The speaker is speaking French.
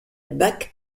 bach